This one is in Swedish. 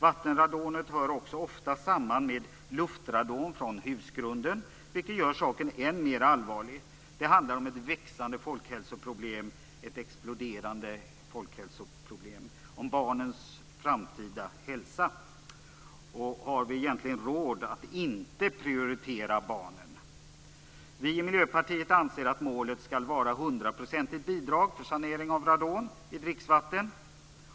Vattenradonet hör också ofta samman med luftradon från husgrunden, vilket gör saken än mer allvarlig. Det handlar om ett växande, exploderande folkhälsoproblem, om barnens framtida hälsa. Har vi egentligen råd att inte prioritera barnen? Vi i Miljöpartiet anser att målet skall vara ett hundraprocentigt bidrag för sanering av radon i dricksvatten.